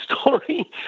story